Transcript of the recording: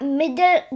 middle